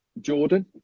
Jordan